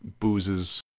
boozes